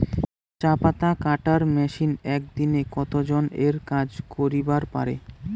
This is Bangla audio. চা পাতা কাটার মেশিন এক দিনে কতজন এর কাজ করিবার পারে?